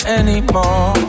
anymore